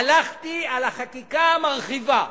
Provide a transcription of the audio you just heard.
הלכתי על החקיקה המרחיבה.